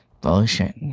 bullshit